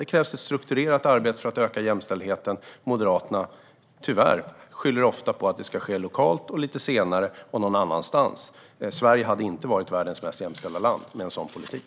Det krävs ett strukturerat arbete för att öka jämställdheten. Moderaterna skyller - tyvärr - ofta på att det ska ske lokalt, lite senare och någon annanstans. Sverige hade inte varit världens mest jämställda land med en sådan politik.